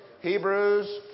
Hebrews